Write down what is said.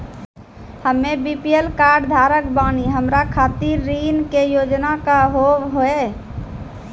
हम्मे BPL card धारक बानि हमारा खातिर ऋण के योजना का होव हेय?